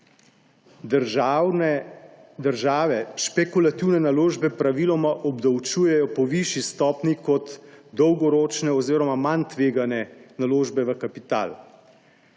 Države špekulativne naložbe praviloma obdavčujejo po višji stopnji kot dolgoročne oziroma manj tvegane naložbe v kapital.